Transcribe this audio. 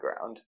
ground